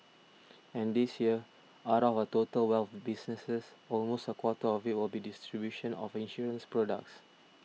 and this year out of our total wealth businesses almost a quarter of it will be distribution of insurance products